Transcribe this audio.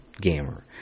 gamer